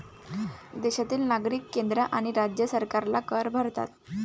देशातील नागरिक केंद्र आणि राज्य सरकारला कर भरतात